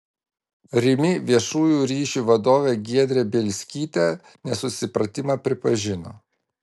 rimi viešųjų ryšių vadovė giedrė bielskytė nesusipratimą pripažino